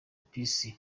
peace